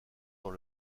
dans